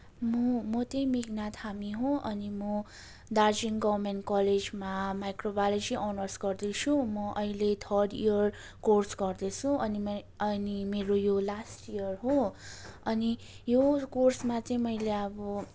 म म चाहिँ मेघना थामी हो अनि म दार्जिलिङ गभर्मेन्ट कलेजमा माइक्रोबायोलजी अनर्स गर्दैछु म अहिले थर्ड इयर कोर्स गर्दैछु अनि मै अनि मेरो यो लास्ट इयर हो अनि यो कोर्समा चाहिँ मैले अब